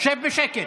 שב בשקט.